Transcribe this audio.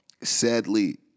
sadly